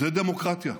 זו דמוקרטיה,